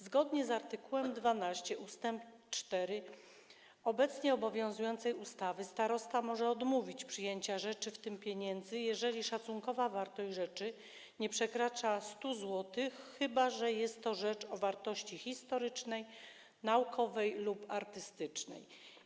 Zgodnie z art. 12 ust. 4 obecnie obowiązującej ustawy starosta może odmówić przyjęcia rzeczy, w tym pieniędzy, jeżeli szacunkowa wartość rzeczy nie przekracza 100 zł, chyba że jest to rzecz o wartości historycznej, naukowej lub artystycznej.